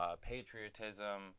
patriotism